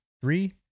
three